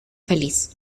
feliz